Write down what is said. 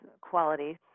qualities